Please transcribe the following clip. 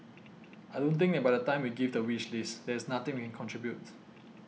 I don't think that by the time we give the wish list there is nothing we contribute